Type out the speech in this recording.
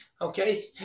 Okay